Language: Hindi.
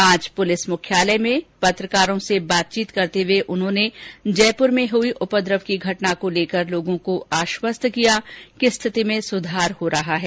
आज पुलिस मुख्यालय में पत्रकार्रो से बातचीत करते हुए उन्होंने जयपुर में हुई उपद्रव की घटना को लेकर लोगों को आश्वस्त किया कि स्थिति में सुधार हो रहा है